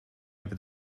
over